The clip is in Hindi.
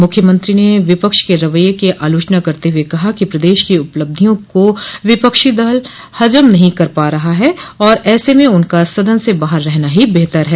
मुख्यमंत्री ने विपक्ष के रवैये की आलोचना करते हुए कहा कि प्रदेश की उपलब्धियों को विपक्षी दल हजम नहीं कर पा रहे हैं और ऐसे में उनका सदन से बाहर रहना ही बेहतर है